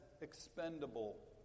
expendable